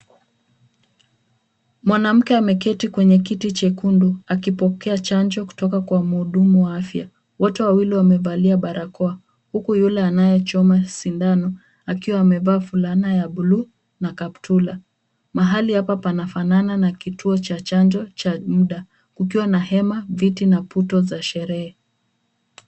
Mwanamke ameketi kwenye kiti chekundu akipokea chanjo kutoka kwa mhudumu wa afya. Wote wawili wamevalia barakoa huku yule anayechoma sindano akiwa amevaa fulana ya buluu na kaptula. Mahali hapa panafanana na kituo cha chanjo cha muda, kukiwa na hema, viti na puto za sherehe.